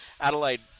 Adelaide